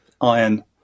iron